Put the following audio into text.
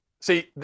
see